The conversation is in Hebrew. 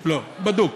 לא, בדוק.